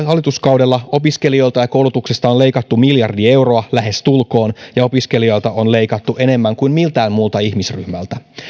hallituskaudella opiskelijoilta ja koulutuksesta on leikattu miljardi euroa lähestulkoon ja opiskelijoilta on leikattu enemmän kuin miltään muulta ihmisryhmältä